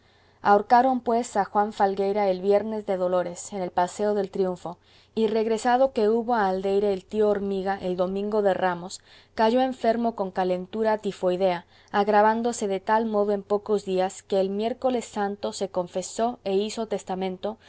ahorcaron pues a juan falgueira el viernes de dolores en el paseo del triunfo y regresado que hubo a aldeire el tío hormiga el domingo de ramos cayó enfermo con calentura tifoidea agravándose de tal modo en pocos días que el miércoles santo se confesó e hizo testamento